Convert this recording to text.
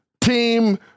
team